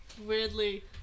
weirdly